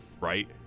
Right